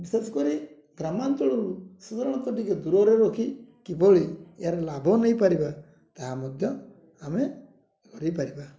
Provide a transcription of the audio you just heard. ବିଶେଷ କରି ଗ୍ରାମାଞ୍ଚଳରୁ ସାଧାରଣତଃ ଟିକେ ଦୂରରେ ରଖି କିଭଳି ୟାର ଲାଭ ନେଇପାରିବା ତାହା ମଧ୍ୟ ଆମେ କରିପାରିବା